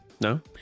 No